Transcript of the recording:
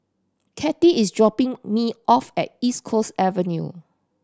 Katie is dropping me off at East Coast Avenue